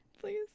please